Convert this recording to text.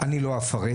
אני לא אפרט.